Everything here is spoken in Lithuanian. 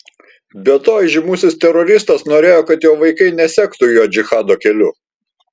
be to įžymusis teroristas norėjo kad jo vaikai nesektų juo džihado keliu